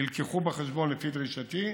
הובאו בחשבון, לפי דרישתי,